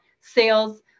sales